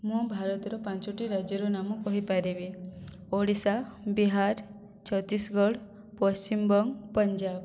ମୁଁ ଭାରତର ପାଞ୍ଚଟି ରାଜ୍ୟର ନାମ କହିପାରିବି ଓଡ଼ିଶା ବିହାର ଛତିଶଗଡ଼ ପଶ୍ଚିମବଙ୍ଗ ପଞ୍ଜାବ